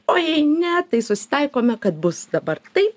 o jei ne tai susitaikome kad bus dabar taip